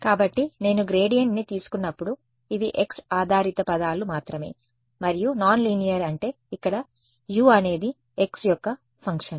కాబట్టి నేను గ్రేడియంట్ని తీసుకున్నప్పుడు ఇవి x ఆధారిత పదాలు మాత్రమే మరియు నాన్ లీనియర్ అంటే ఇక్కడ U అనేది x యొక్క ఫంక్షన్